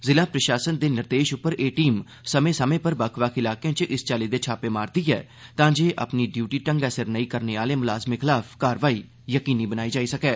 जिला प्रशासन दे निर्देश पर एह टीम समें पर बक्ख बक्ख इलाकें च इस चाली दे छापें मारदी ऐ तां जे अपनी डयूटी ढ़गै सिर नेंई करने आलें मलाजमें खलाफ कारवाई कीती जाई सकै